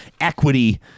equity